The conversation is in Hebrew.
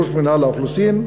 ראש מינהל האוכלוסין.